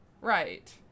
Right